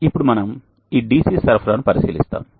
ఇప్పుడు మనం ఈ DC సరఫరాను పరిశీలిస్తాము